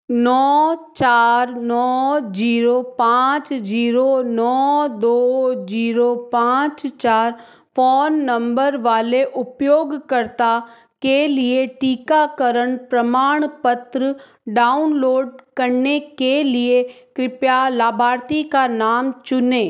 नौ चार नौ जीरो पाँच जीरो नौ दो जीरो पाँच चार फ़ौन नंबर वाले उपयोगकर्ता के लिए टीकाकरण प्रमाणपत्र डाउनलोड करने के लिए कृपया लाभार्थी का नाम चुनें